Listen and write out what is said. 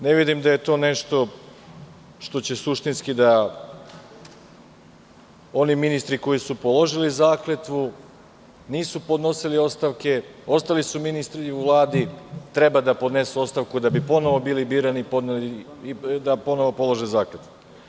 Ne vidim da je to nešto što će suštinski da oni ministri koji su položili zakletvu, nisu podnosili ostavke, ostali su ministri i u Vladi, treba da podnesu ostavku da bi ponovo bili birani i da ponovo polože zakletvu.